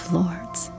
lords